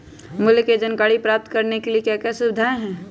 मूल्य के जानकारी प्राप्त करने के लिए क्या क्या सुविधाएं है?